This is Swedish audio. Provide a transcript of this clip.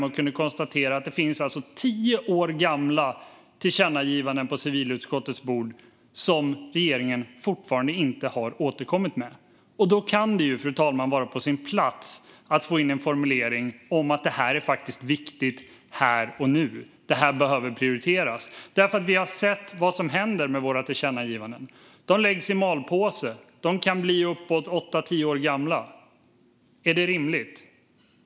Vi kunde konstatera att det finns tio år gamla tillkännagivanden på civilutskottets bord som regeringen fortfarande inte har återkommit med. Fru talman! Då kan det vara på sin plats att få in en formulering om att det här är viktigt här och nu och att det behöver prioriteras. Vi har ju sett vad som händer med våra tillkännagivanden. De läggs i malpåse. De kan bli uppåt åtta tio år gamla. Är det rimligt?